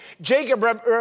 Jacob